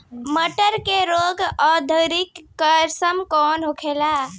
मटर के रोग अवरोधी किस्म कौन होला?